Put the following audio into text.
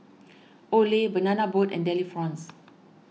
Olay Banana Boat and Delifrance